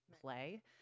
play